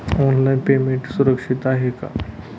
Online payment सुरक्षित आहे का?